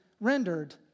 rendered